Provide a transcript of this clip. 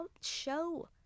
Show